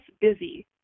busy